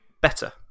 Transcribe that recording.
better